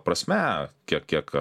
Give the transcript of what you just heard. prasme kiek kiek